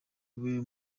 iwe